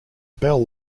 bell